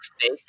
fake